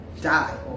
die